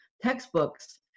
Textbooks